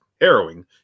harrowing